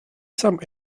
some